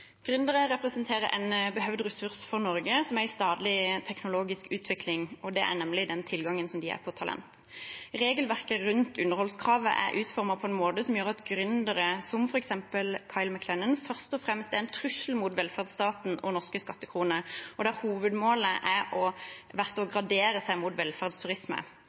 teknologisk utvikling, nemlig den tilgangen på talent som de er. Regelverket rundt underholdskravet er utformet på en måte som gjør at gründere som f.eks. Kyle Havlicek-McClenahan først og fremst er en trussel mot velferdsstaten og norske skattekroner – der hovedmålet har vært å gardere seg mot velferdsturisme.